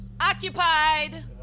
Occupied